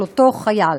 של אותו חייל.